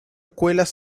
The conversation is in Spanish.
escuelas